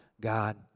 God